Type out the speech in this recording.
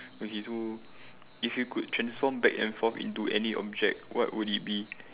okay so if you could transform back and forth to any object what will it be